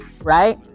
right